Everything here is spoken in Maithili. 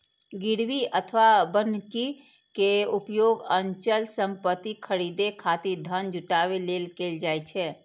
गिरवी अथवा बन्हकी के उपयोग अचल संपत्ति खरीदै खातिर धन जुटाबै लेल कैल जाइ छै